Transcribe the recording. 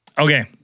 Okay